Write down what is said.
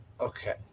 okay